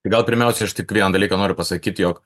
tai gal pirmiausia aš tik vieną dalyką noriu pasakyt jog